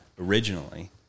originally